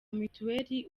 mituweli